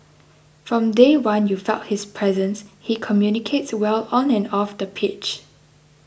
from day one you felt his presence he communicates well on and off the pitch